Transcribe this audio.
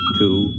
two